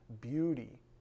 beauty